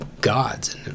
gods